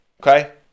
okay